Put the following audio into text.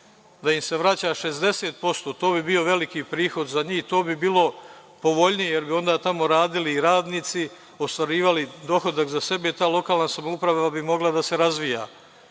da im se vraća 60% to bi bio veliki prihod za njih. To bi bilo povoljnije, jer bi onda tamo radili radnici, ostvarivali dohodak za sebe i ta lokalna samouprava bi mogla da se razvija.